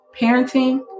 parenting